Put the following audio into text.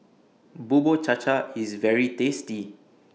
Bubur Cha Cha IS very tasty